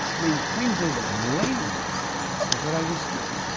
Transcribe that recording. i mean, things as blatant as what i just did.